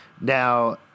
Now